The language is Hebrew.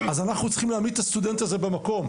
אז אנחנו צריכים להעמיד את המרצה הזה במקום,